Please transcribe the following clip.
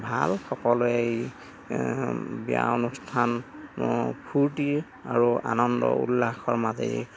ভাল সকলোৱে এই বিয়া অনুষ্ঠান ফূৰ্তি আৰু আনন্দ উল্লাসৰ মাজেৰে